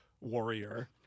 warrior